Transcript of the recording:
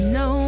no